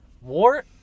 war